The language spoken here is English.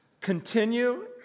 continue